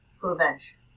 prevention